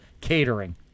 catering